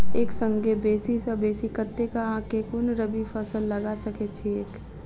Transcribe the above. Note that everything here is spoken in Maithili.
एक संगे बेसी सऽ बेसी कतेक आ केँ कुन रबी फसल लगा सकै छियैक?